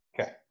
Okay